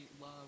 love